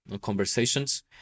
conversations